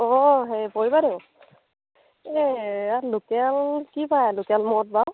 অঁ হেৰি পৰি বাইদেউ এই ইয়াত লোকেল কি পায় লোকেল মদ বাৰু